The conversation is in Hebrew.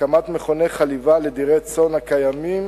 הקמת מכוני חליבה לדירי הצאן הקיימים,